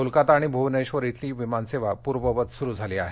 कोलकाता आणि भ्वनेश्वर इथली विमानसेवा पूर्ववत सुरु झाली आहे